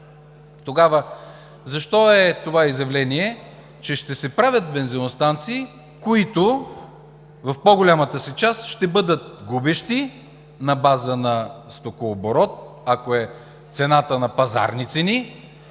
тогава защо е това изявление, че ще се правят бензиностанции, които в по-голямата си част ще бъдат губещи на база на стокооборот, ако цената е на пазарни цени?